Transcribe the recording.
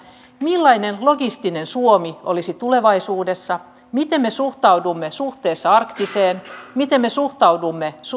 millainen logistinen suomi olisi tulevaisuudessa miten me suhtaudumme arktiseen miten me suhtaudumme